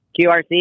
QRC